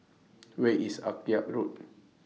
Where IS Akyab Road